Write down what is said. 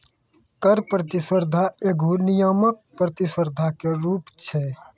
कर प्रतिस्पर्धा एगो नियामक प्रतिस्पर्धा के रूप छै